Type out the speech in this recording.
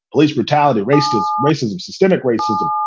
police brutality, racist racism, systemic racism,